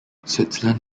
switzerland